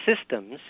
systems